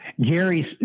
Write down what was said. Gary's